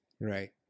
Right